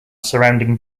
surrounding